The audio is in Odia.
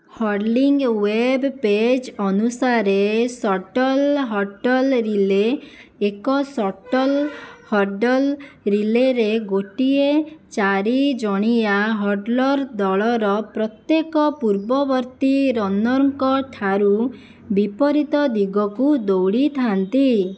ହର୍ଡ଼ଲିଂ ୱେବ୍ ପେଜ୍ ଅନୁସାରେ ସଟଲ୍ ହର୍ଡ଼ଲ୍ ରିଲେ ଏକ ସଟଲ୍ ହର୍ଡ଼ଲ୍ ରିଲେରେ ଗୋଟିଏ ଚାରି ଜଣିଆ ହର୍ଡ଼ଲର୍ ଦଳର ପ୍ରତ୍ୟେକ ପୂର୍ବବର୍ତ୍ତୀ ରନର୍ଙ୍କ ଠାରୁ ବିପରୀତ ଦିଗକୁ ଦୌଡ଼ିଥାନ୍ତି